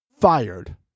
fired